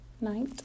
night